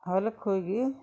ಹೊಲಕ್ಕೆ ಹೋಗಿ